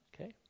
Okay